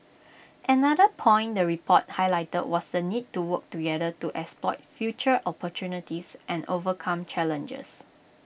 another point the report highlighted was the need to work together to exploit future opportunities and overcome challenges